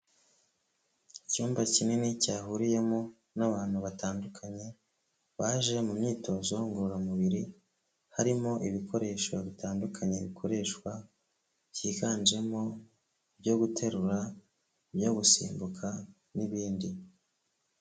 Icyumba kinini cyahuriyemo n'abantu batandukanye baje mu myitozo ngororamubiri, harimo ibikoresho bitandukanye bikoreshwa byiganjemo ibyo guterura ibyo gusimbuka n'ibindi.